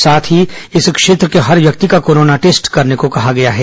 साथ ही इस क्षेत्र के हर व्यक्ति का कोरोना टेस्ट कराने को कहा हैं